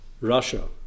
Russia